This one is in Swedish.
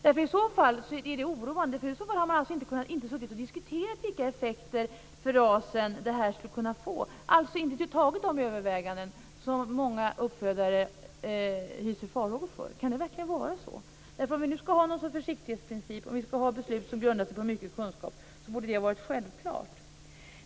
I så fall är det oroande. I så fall har man inte suttit och diskuterat vilka effekter för rasen det här skulle kunna få. Man har alltså inte gjort några överväganden om det som många uppfödare hyser farhågor för. Kan det verkligen vara så? Om vi nu skall ha något slags försiktighetsprincip, och om vi skall ha beslut som grundar sig på mycket kunskap, så borde det ha varit självklart.